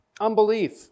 unbelief